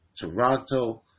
Toronto